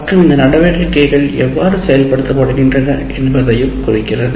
மற்றும் இந்த நடவடிக்கைகள் எவ்வாறு செயல்படுத்தப் படுகின்றன என்பதையும் குறிக்கிறது